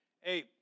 Hey